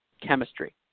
chemistry